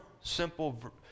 simple